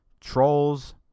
trolls